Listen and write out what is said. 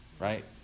right